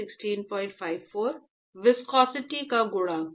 viscosity का गुणांक